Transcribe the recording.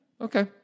Okay